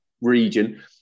region